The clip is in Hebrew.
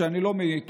שאני לא מתומכיה,